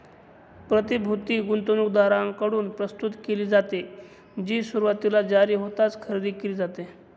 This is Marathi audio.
प्रतिभूती गुंतवणूकदारांकडून प्रस्तुत केली जाते, जी सुरुवातीला जारी होताच खरेदी केली जाते